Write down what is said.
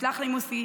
יסלח לי מוסי,